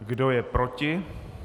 Kdo je proti?